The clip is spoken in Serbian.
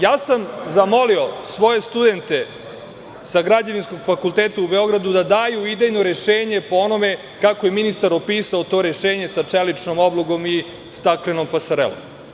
Ja sam zamolio svoje studente sa Građevinskog fakulteta u Beogradu da daju idejno rešenje po onome kako je ministar opisao to rešenje sa čeličnom oblogom i staklenom pasarelom.